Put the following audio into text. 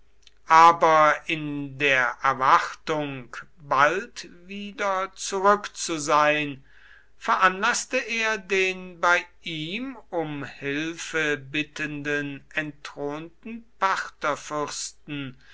aber in der erwartung bald wieder zurück zu sein veranlaßte er den bei ihm um hilfe bittenden entthronten